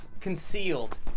concealed